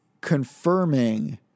confirming